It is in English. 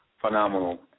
phenomenal